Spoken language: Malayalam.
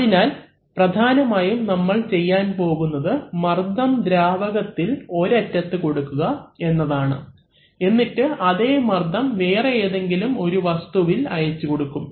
അതിനാൽ പ്രധാനമായും നമ്മൾ ചെയ്യാൻ പോകുന്നത് മർദ്ദം ദ്രാവകത്തിൽ ഒരറ്റത്ത് കൊടുക്കുക എന്നതാണ് എന്നിട്ട് അതേ മർദ്ദം വേറെ ഏതെങ്കിലും ഒരു വസ്തുവിൽ അയച്ചുകൊടുക്കും